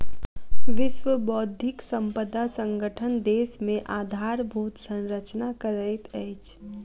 विश्व बौद्धिक संपदा संगठन देश मे आधारभूत संरचना करैत अछि